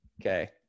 Okay